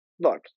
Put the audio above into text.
look